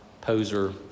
poser